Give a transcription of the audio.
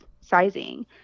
sizing